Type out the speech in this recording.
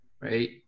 right